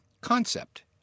concept